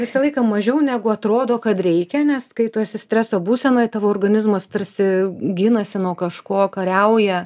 visą laiką mažiau negu atrodo kad reikia nes kai tu esi streso būsenoj tavo organizmas tarsi ginasi nuo kažko kariauja